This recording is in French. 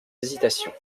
hésitations